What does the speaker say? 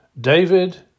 David